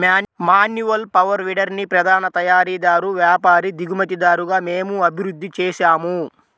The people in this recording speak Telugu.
మాన్యువల్ పవర్ వీడర్ని ప్రధాన తయారీదారు, వ్యాపారి, దిగుమతిదారుగా మేము అభివృద్ధి చేసాము